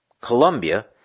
Colombia